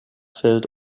filled